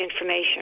information